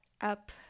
up